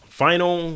final